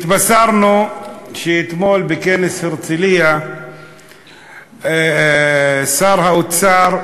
התבשרנו שבכנס הרצלייה אתמול הצליח שר האוצר,